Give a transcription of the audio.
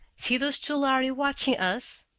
see those two lhari watching us?